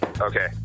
Okay